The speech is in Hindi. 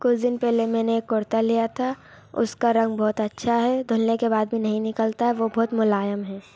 कुछ दिन पहले मैंने एक कुर्ता लिया था उसका रंग बहुत अच्छा है धुलने के बाद भी नहीं निकलता है वो बहुत मुलायम है